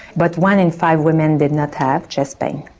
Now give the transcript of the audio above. but one in five women did not have chest pain.